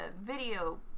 video